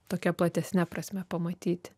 tokia platesne prasme pamatyti